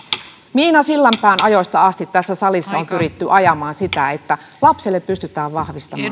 miina sillanpään ajoista asti tässä salissa on pyritty ajamaan sitä että lapselle pystytään vahvistamaan